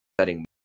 setting